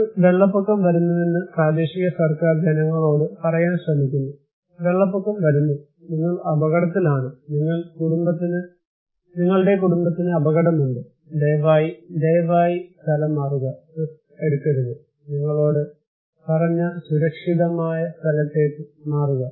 ഒരു വെള്ളപ്പൊക്കം വരുന്നുവെന്ന് പ്രാദേശിക സർക്കാർ ജനങ്ങളോട് പറയാൻ ശ്രമിക്കുന്നു അതിനാൽ വെള്ളപ്പൊക്കം വരുന്നു നിങ്ങൾ അപകടത്തിലാണ് നിങ്ങളുടെ കുടുംബത്തിന് അപകടമുണ്ട് ദയവായി ദയവായി ദയവായി സ്ഥലം മാറുക റിസ്ക് എടുക്കരുത് നിങ്ങളോട് പറഞ്ഞ സുരക്ഷിതമായ സ്ഥലത്തേക്ക് മാറുക